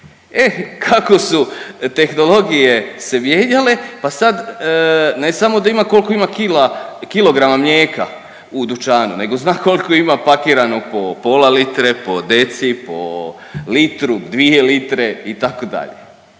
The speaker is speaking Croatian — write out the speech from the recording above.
E kako su tehnologije se mijenjale pa sad ne samo da ima koliko ima kilograma mlijeka u dućanu, nego zna koliko ima pakiranog po pola litre, po deci, po litru, dvije litre itd. Dakle,